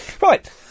Right